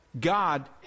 God